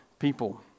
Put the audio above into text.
People